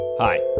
Hi